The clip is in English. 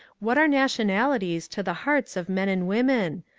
what are nation alities to the hearts of men and women?